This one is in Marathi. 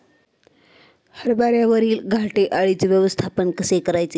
हरभऱ्यावरील घाटे अळीचे व्यवस्थापन कसे करायचे?